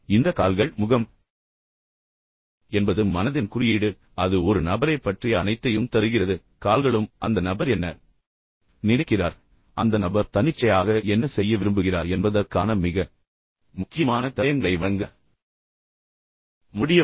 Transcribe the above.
எனவே இந்த கால்கள் முகம் என்பது மனதின் குறியீடு என்று நாம் நினைத்தாலும் அது ஒரு நபரைப் பற்றிய அனைத்தையும் தருகிறது கால்களும் அந்த நபர் என்ன நினைக்கிறார் அந்த நபர் மிகவும் தன்னிச்சையாக என்ன செய்ய விரும்புகிறார் என்பதற்கான மிக முக்கியமான தடயங்களை வழங்க முடியும்